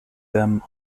them